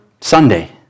Sunday